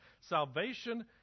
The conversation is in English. salvation